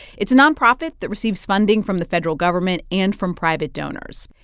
it's a nonprofit that receives funding from the federal government and from private donors.